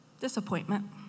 Disappointment